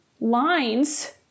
lines